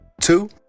two